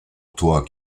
toi